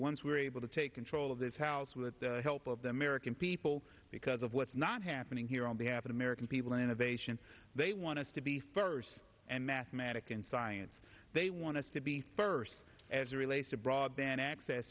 once we're able to take control of this house with the help of the american people because of what's not happening here on behalf of american people innovation they want us to be first and mathematic and science they want us to be first as it relates to broadband access